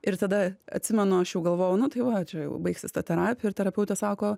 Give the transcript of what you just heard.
ir tada atsimenu aš jau galvojau nu tai va čia jau baigsis ta terapija ir terapeutė sako